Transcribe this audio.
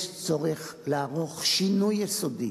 יש צורך לערוך שינוי יסודי